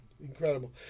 incredible